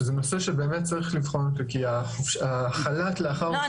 שזה נושא שבאמת צריך לבחון אותו כי החל"ת לאחר חופשת לידה --- לא,